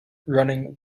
running